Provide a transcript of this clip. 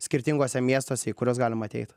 skirtinguose miestuose į kuriuos galima ateit